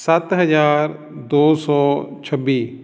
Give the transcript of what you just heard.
ਸੱਤ ਹਜ਼ਾਰ ਦੋ ਸੌ ਛੱਬੀ